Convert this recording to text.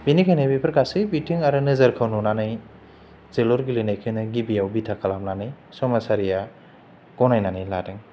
बेनिखायनो बेफोर गासै बिथिं आरो नोजोरखौ नुनानै जोलुर गेलेनायखौनो गिबियाव बिथा खालामनानै समाजारिया गनायनानै लादों